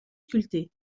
sculptés